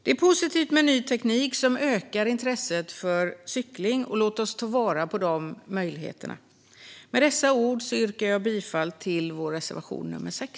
Det är positivt med ny teknik som ökar intresset för cykling. Låt oss ta vara på de möjligheterna. Med dessa ord yrkar jag bifall till vår reservation nr 6.